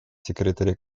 секретаря